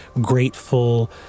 grateful